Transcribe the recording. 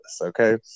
okay